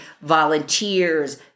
volunteers